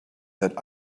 that